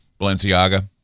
Balenciaga